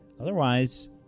Otherwise